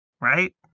right